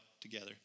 together